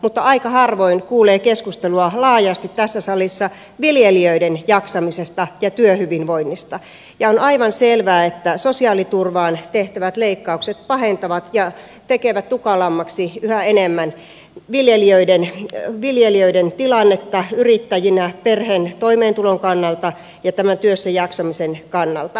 mutta aika harvoin kuulee keskustelua laajasti tässä salissa viljelijöiden jaksamisesta ja työhyvinvoinnista ja on aivan selvää että sosiaaliturvaan tehtävät leikkaukset pahentavat ja tekevät tukalammaksi yhä enemmän viljelijöiden tilannetta yrittäjinä perheen toimeentulon ja tämän työssä jaksamisen kannalta